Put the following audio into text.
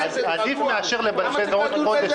אבי, אולי לא נספיק לבוא לדיונים